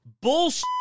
bullshit